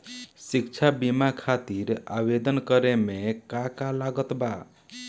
शिक्षा बीमा खातिर आवेदन करे म का का लागत बा?